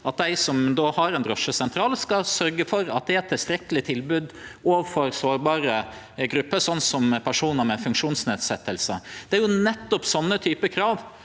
at dei som har ein drosjesentral, skal sørgje for at det er eit tilstrekkeleg tilbod òg for sårbare grupper, slik som personar med funksjonsnedsettingar. Det er nettopp sånne typar krav